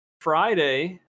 Friday